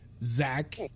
Zach